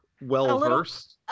well-versed